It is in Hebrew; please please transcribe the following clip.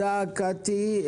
תודה, קטי.